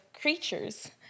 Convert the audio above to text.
creatures